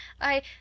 I